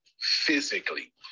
physically